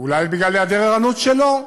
אולי בגלל היעדר ערנות שלו,